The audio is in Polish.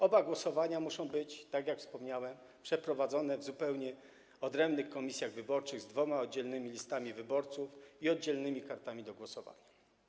Oba głosowania muszą być, tak jak wspomniałem, przeprowadzone przez zupełnie odrębne komisje wyborcze z dwoma oddzielnymi listami wyborców i oddzielnymi kartami do głosowania.